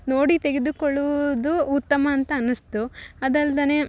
ನೋಡಿ ತೆಗೆದುಕೊಳ್ಳುವುದು ಉತ್ತಮ ಅಂತ ಅನಸ್ತು ಅದಲ್ಲದೇನೆ